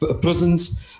prisons